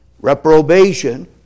Reprobation